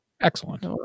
Excellent